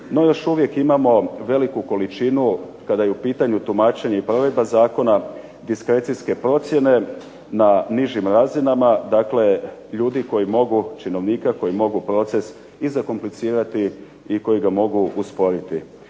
no još uvijek imamo veliku količinu kada je u pitanju tumačenje i provedba zakona diskrecijske procjene na nižim razinama, dakle ljudi koji mogu, činovnika koji mogu proces i zakomplicirati i koji ga mogu usporiti.